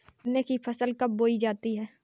गन्ने की फसल कब बोई जाती है?